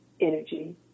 energy